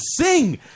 sing